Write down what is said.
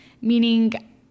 meaning